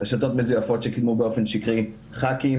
רשתות מזויפות שכינו באופן שיקרי ח"כים